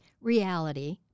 reality